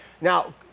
Now